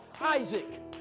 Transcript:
Isaac